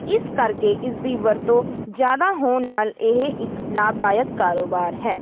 ਇਸ ਕਰਕੇ ਇਸ ਦੀ ਵਰਤੋਂ ਜ਼ਿਆਦਾ ਹੋਣ ਨਾਲ ਇਹ ਇਕ ਲਾਭਦਾਇਕ ਕਾਰੋਬਾਰ ਹੈ